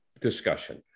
discussion